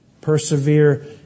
Persevere